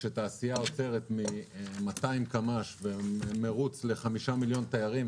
כשתעשייה עוצרת מ-200 קמ"ש במרוץ ל-5 מיליון תיירים,